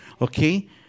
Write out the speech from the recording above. okay